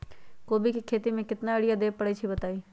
कोबी के खेती मे केतना यूरिया देबे परईछी बताई?